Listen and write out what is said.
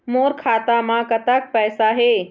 मोर खाता म कतक पैसा हे?